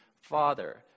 Father